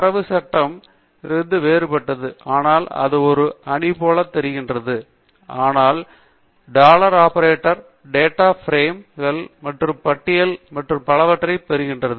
தரவு சட்டகம் மேட்ரிக்ஸிலிருந்து வேறுபட்டது ஆனால் அது ஒரு அணி போல் தெரிகிறது ஆனால் டாலர் ஆபரேட்டர் டேட்டா பிரேம்கள் மற்றும் பட்டியல்கள் மற்றும் பலவற்றைப் பொருத்துகிறது